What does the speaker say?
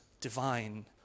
divine